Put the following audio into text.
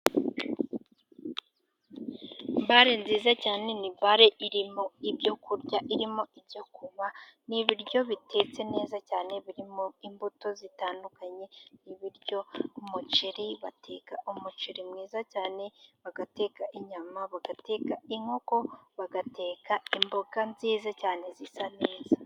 Bale nziza cyane ni bale irimo ibyo kurya ,irimo ibyo kunywa n'ibiryo bitetse neza cyane, birimo imbuto zitandukanye .Ibiryo, umuceri bateka, umuceri mwiza cyane ,bagateka inyama, bagateka inkoko ,bagateka imboga nziza cyane ,zisa neza.